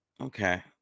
Okay